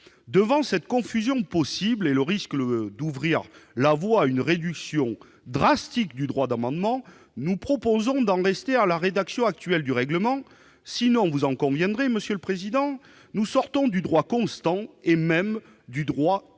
Devant cette confusion possible et le risque d'ouvrir la voie à une réduction drastique du droit d'amendement, nous proposons d'en rester à la rédaction actuelle du règlement. Sinon, vous en conviendrez, monsieur le président, nous sortons du droit constant, et même du droit quasi